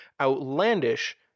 outlandish